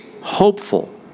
hopeful